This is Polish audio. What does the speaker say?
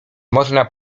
można